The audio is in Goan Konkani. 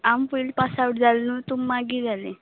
आम् पयल् पास आवट जाल् न्हू तूं मागी जालें